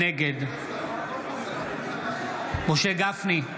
נגד משה גפני,